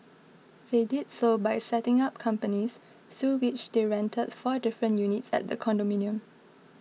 they did so by setting up companies through which they rented four different units at the condominium